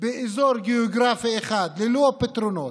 באזור גיאוגרפי אחד ללא פתרונות,